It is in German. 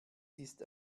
ist